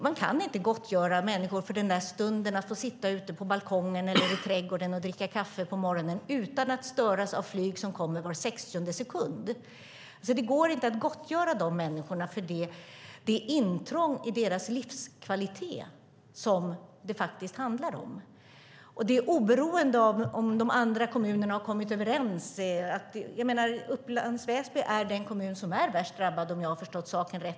Man kan inte gottgöra människor för att de störs av flyg var 60:e sekund då de dricker kaffe på balkongen eller i trädgården på morgonen. Det går inte att gottgöra de människorna för det intrång i deras livskvalitet som det handlar om. Det är oberoende av om de andra kommunerna har kommit överens. Upplands Väsby är den kommun är värst drabbad om jag har förstått rätt.